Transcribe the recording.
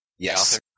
Yes